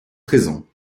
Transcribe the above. présent